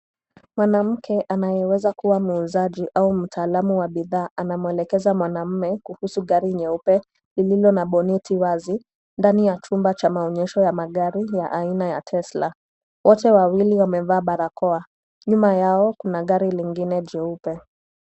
Mwanamke anayeweza kuwa muuzaji au mtalaamu wa bidhaa, anamuelekeza mwanaume kuhusu gari nyeupe lilona boneti wazi. Ndani ya chumba cha maonyesho ya magari aina ya Tesla. Wote wawili wamevaa barakoa, nyuma yao kuna garli lingine jeupe.